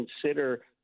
consider